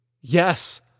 Yes